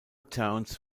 towns